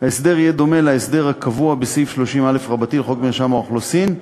ההסדר יהיה דומה להסדר הקבוע בסעיף 30א לחוק מרשם האוכלוסין,